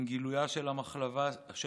עם גילויה של המחלה,